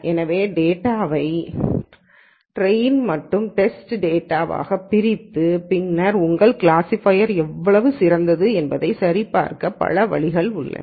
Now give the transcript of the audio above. எனவே டேட்டாவை டிரேயின் மற்றும் டேஸ்டு டேட்டா ஆகப் பிரித்து பின்னர் உங்கள் கிளாஸிஃபையர் எவ்வளவு சிறந்தது என்பதை சரிபார்க்க பல வழிகள் உள்ளன